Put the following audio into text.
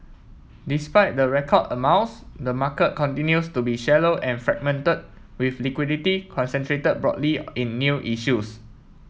despite the record amounts the market continues to be shallow and fragmented with liquidity concentrated broadly in new issues